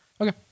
Okay